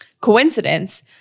coincidence